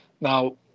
Now